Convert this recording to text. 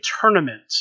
tournament